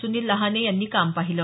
सुनिल लहाने यांनी काम पाहिले